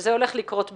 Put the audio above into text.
שזה הולך לקרות בקרוב,